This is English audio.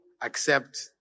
accept